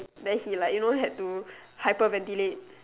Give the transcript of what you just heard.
then he like you know had to hyperventilate